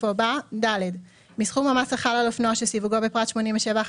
בסופו בא: "(ד) מסכום המס החל על אופנוע שסיווגו בפרט 87.11,